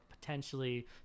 potentially